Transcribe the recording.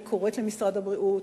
אני קוראת למשרד הבריאות,